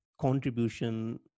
contribution